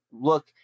look